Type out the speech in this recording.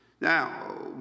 Now